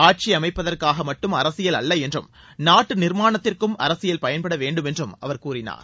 ஆட்சி அமைப்பதற்காக மட்டும் அரசியல் அல்ல என்றும் நாட்டு நிர்மாணத்திற்கும் அரசியல் பயன்படவேண்டும் என்றும் அவர் கூறினார்